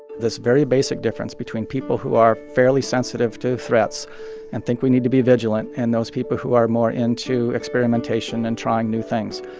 this very basic difference between people who are fairly sensitive to threats and think we need to be vigilant and those people who are more into experimentation and trying new things.